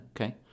Okay